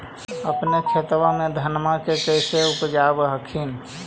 अपने खेतबा मे धन्मा के कैसे उपजाब हखिन?